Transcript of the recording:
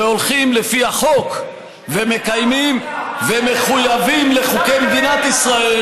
שהולכים לפי החוק ומקיימים ומחויבים לחוקי מדינת ישראל,